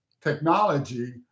technology